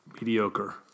Mediocre